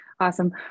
Awesome